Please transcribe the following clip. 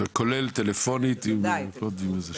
זה כולל טלפונית עם קודים?